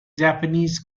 japanese